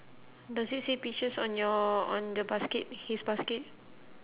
does it say peaches on your on the basket his basket